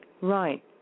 Right